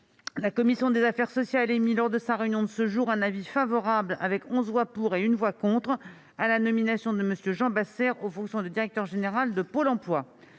la commission des affaires sociales a émis, lors de sa réunion de ce jour, un avis favorable- 11 voix pour, 1 voix contre -à la nomination de M. Jean Bassères aux fonctions de directeur général de Pôle emploi.